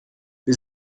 wir